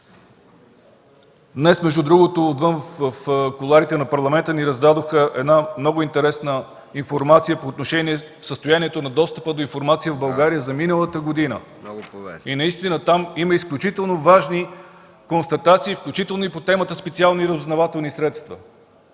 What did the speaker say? Днес, между другото, отвън в кулоарите на Парламента ни раздадоха интересна информация по отношение на състоянието на достъпа до информация в България за миналата година. Наистина там има изключително важни констатации, включително и по темата „специални разузнавателни средства”.